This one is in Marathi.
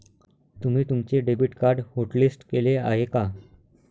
तुम्ही तुमचे डेबिट कार्ड होटलिस्ट केले आहे का?